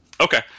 Okay